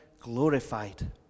glorified